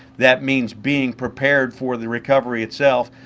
that means being prepared for the recovery itself,